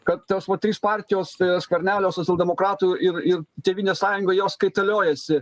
kad tos trys partijos skvernelio socialdemokratų ir ir tėvynės sąjunga jos kaitaliojasi